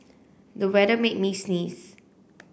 the weather made me sneeze